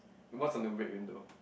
what's on the red window